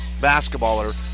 basketballer